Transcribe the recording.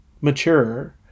mature